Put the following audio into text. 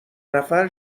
نفر